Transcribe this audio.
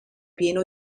pieno